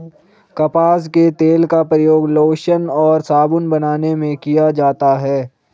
कपास के तेल का प्रयोग लोशन और साबुन बनाने में किया जाता है